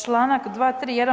Članak 231.